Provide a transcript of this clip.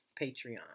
Patreon